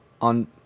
On